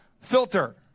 filter